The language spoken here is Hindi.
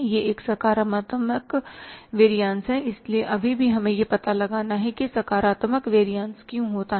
यह एक सकारात्मक वेरियसहै इसलिए अभी भी हमें यह पता लगाना है कि सकारात्मक वेरियस क्यों होता है